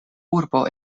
urbo